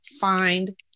find